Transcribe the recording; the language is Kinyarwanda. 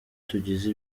tugize